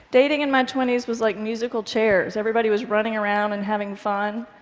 dating in my twenty s was like musical chairs. everybody was running around and having fun,